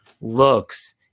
looks